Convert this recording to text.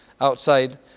outside